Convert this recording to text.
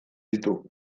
ditu